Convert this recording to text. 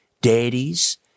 deities